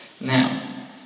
Now